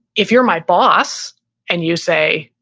if you're my boss and you say,